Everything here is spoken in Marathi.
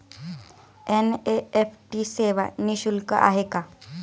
एन.इ.एफ.टी सेवा निःशुल्क आहे का?